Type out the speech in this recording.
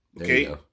Okay